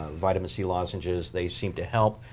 vitamin c lozenges, they seem to help.